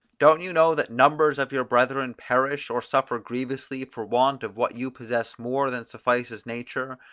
don't you know that numbers of your brethren perish, or suffer grievously for want of what you possess more than suffices nature,